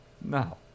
No